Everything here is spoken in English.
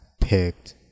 picked